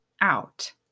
out